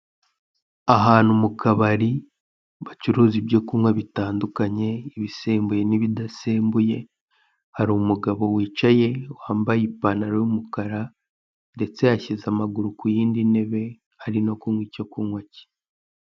Ahantu mu kabari bacuruza ibyo kunywa bitandukanye ibisembuye n' ibidasembuye, hari umugabo wicaye wambaye ipantaro y' umukara ndetse yashyize amaguru ku yindi ntebe ari no kunywa icyo kunywa cye.